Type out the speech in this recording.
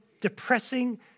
depressing